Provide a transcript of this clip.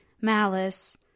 malice